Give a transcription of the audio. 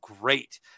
great